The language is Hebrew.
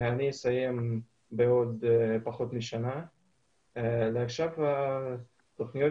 אני אסיים בעוד פחות משנה ועכשיו התוכניות